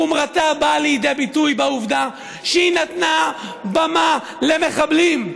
חומרתה באה לידי ביטוי בעובדה שהיא נתנה במה למחבלים,